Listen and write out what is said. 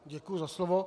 Děkuji za slovo.